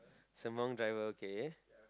Sembawang driver okay